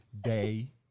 Day